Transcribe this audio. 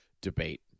debate